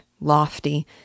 lofty